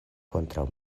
kontraŭ